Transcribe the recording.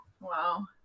Wow